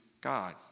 God